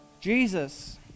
Jesus